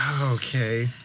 Okay